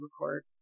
record